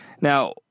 Now